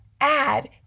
add